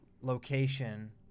location